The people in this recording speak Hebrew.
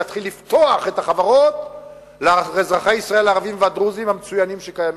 להתחיל לפתוח את החברות לאזרחי ישראל הערבים והדרוזים המצוינים שקיימים.